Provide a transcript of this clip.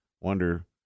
wonder